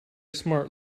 smart